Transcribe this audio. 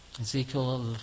Ezekiel